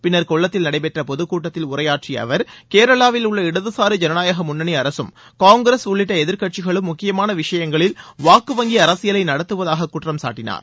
பின்னா் கொல்லத்தில் நடைபெற்ற பொதுக்கூட்டத்தில் உரையாற்றிய அவர் கேரளாவில் உள்ள இடதுசாரி ஜனநாயக முன்னணி அரசும் காங்கிரஸ் உள்ளிட்ட எதிர்கட்சிகளும் முக்கியமான விஷயங்களில் வாக்குவங்கி அரசியலை நடத்துவதாக குற்றம் சாட்டினார்